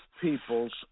peoples